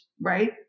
right